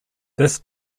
this